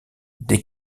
dès